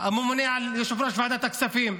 יושב-ראש ועדת הכספים?